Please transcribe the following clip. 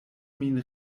min